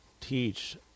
teach